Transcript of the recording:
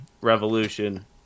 Revolution